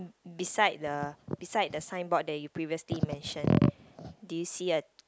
beside the beside the signboard that you previously mentioned did you see a